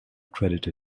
credit